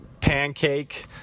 pancake